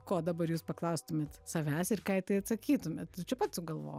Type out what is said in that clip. ko dabar jūs paklaustumėt savęs ir ką į tai atsakytumėt čia pat sugalvoju